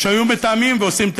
שהיו מתאמים ועושים את